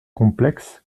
complexe